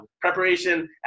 preparation